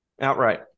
Outright